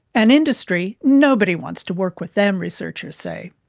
and industry, nobody wants to work with them, researchers say.